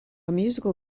musical